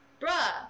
Bruh